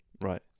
Right